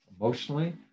emotionally